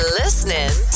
listening